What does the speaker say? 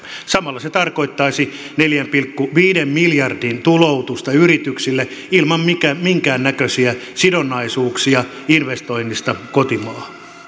samalla se tarkoittaisi neljän pilkku viiden miljardin tuloutusta yrityksille ilman minkäännäköisiä sidonnaisuuksia investoinnista kotimaahan